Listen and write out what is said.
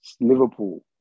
Liverpool